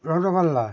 rasgulla